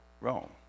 Rome